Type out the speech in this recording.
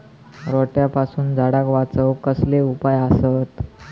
रोट्यापासून झाडाक वाचौक कसले उपाय आसत?